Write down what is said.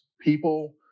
people